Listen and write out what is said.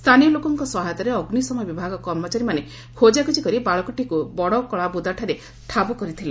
ସ୍ତାନୀୟ ଲୋକଙ୍କ ସହାୟତାରେ ଅଗ୍ରିଶମ ବିଭାଗ କର୍ମଚାରୀମାନେ ଖୋଜାଖୋଜି କରି ବାଳକଟିକୁ ବଡ଼କାଳାବୁଦାଠାରେ ଠାବ କରିଥିଲେ